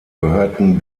gehörten